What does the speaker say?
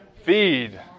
Feed